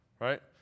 right